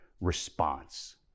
response